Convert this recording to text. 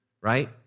right